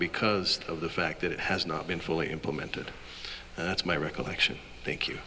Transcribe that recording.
because of the fact that it has not been fully implemented that's my recollection thank you